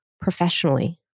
professionally